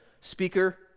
speaker